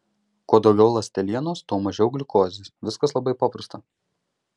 kuo daugiau ląstelienos tuo mažiau gliukozės viskas labai paprasta